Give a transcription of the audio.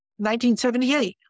1978